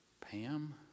Pam